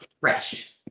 fresh